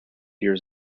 years